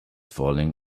falling